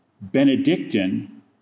Benedictine